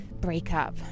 breakup